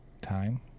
time